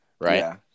right